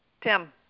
tim